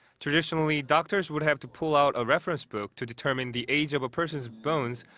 traditionally, doctors would have to pull out a reference book to determine the age of a person's bones.